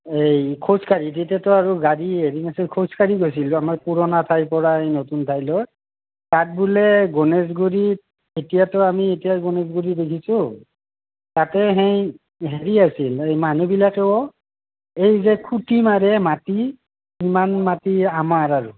এই খোজকাঢ়ি তেতিয়াটো আৰু গাড়ী হেৰি নাছিল খোজকাঢ়ি গৈছিল যে আমাৰ পুৰণা ঠাইৰ পৰা নতুন ঠাইলৈ তাত বোলে গণেশগুৰিত এতিয়াতো আমি এতিয়াৰ গণেশগুৰি দেখিছোঁ তাতে সেই হেৰি আছিল এই মানুহবিলাকেও এই যে খুটি মাৰে মাটিৰ সিমান মাটি আমাৰ আৰু